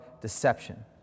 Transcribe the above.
deception